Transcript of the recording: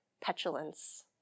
petulance